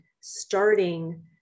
starting